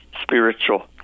spiritual